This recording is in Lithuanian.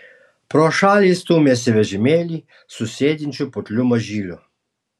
pro šalį stūmėsi vežimėlį su sėdinčiu putliu mažyliu